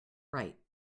right